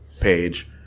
page